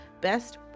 best